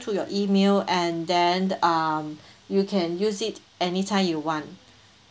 to your email and then um you can use it anytime you want